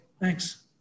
Thanks